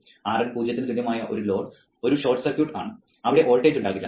RL 0 ന് തുല്യമായ load ഒരു ഷോർട്ട് സർക്യൂട്ട് ആണ് അവിടെ വോൾട്ടേജ് ഉണ്ടാകില്ല